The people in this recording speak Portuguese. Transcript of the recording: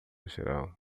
geral